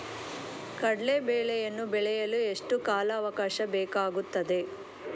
ಕಡ್ಲೆ ಬೇಳೆಯನ್ನು ಬೆಳೆಯಲು ಎಷ್ಟು ಕಾಲಾವಾಕಾಶ ಬೇಕಾಗುತ್ತದೆ?